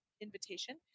invitation